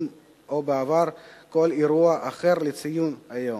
או בעבור כל אירוע אחר לציון היום,